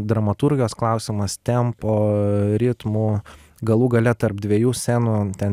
dramaturgijos klausimas tempo ritmų galų gale tarp dviejų scenų ten